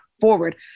forward